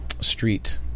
street